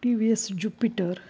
TVS jupiter